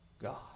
God